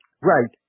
right